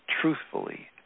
truthfully